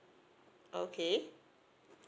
okay